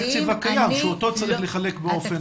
התקציב הקיים, אותו צריך לחלק באופן הוגן.